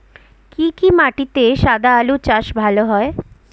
কি কি মাটিতে সাদা আলু চাষ ভালো হয়?